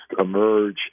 emerge